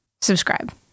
Subscribe